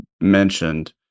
mentioned